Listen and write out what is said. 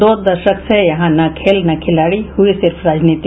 दो दशक से यहां न खेल न खिलाड़ी हुई सिर्फ राजनीति